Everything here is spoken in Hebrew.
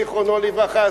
זיכרונו לברכה,